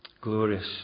glorious